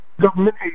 government